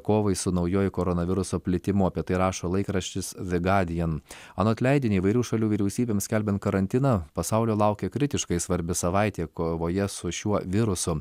kovai su naujuoju koronaviruso plitimu apie tai rašo laikraštis the guardian anot leidinio įvairių šalių vyriausybėms skelbiant karantiną pasaulio laukia kritiškai svarbi savaitė kovoje su šiuo virusu